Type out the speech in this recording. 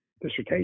dissertation